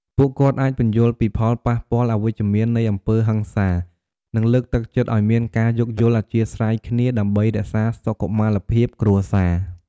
ពួកគាត់អាចពន្យល់ពីផលប៉ះពាល់អវិជ្ជមាននៃអំពើហិង្សា និងលើកទឹកចិត្តឱ្យមានការយោគយល់អធ្យាស្រ័យគ្នា ដើម្បីរក្សាសុខុមាលភាពគ្រួសារ។